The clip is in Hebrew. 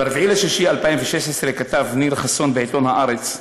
ב-4 ביוני 2016 כתב ניר חסון בעיתון "הארץ"